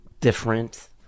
different